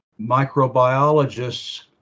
microbiologists